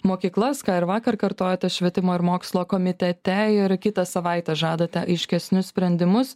mokyklas ką ir vakar kartojote švietimo ir mokslo komitete ir kitą savaitę žadate aiškesnius sprendimus